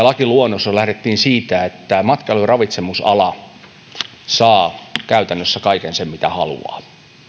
lakiluonnos jossa lähdettiin siitä että matkailu ja ravitsemusala saa käytännössä kaiken sen mitä haluaa